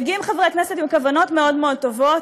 מגיעים חברי כנסת עם כוונות מאוד מאוד טובות,